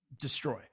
destroy